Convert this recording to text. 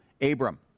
Abram